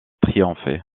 triompher